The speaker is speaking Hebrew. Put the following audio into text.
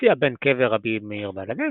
המופיע בין קבר רבי מאיר בעל הנס,